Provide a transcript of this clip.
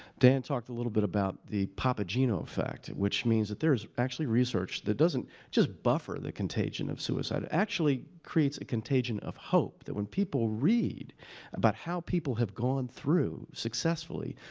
dan talked a little bit about the papageno effect, which means that were is actually research that doesn't just buffer the contagion of suicide it actually creates a contagion of hope that when people read about how people have gone through, successfully,